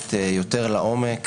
שיורדת יותר לעומק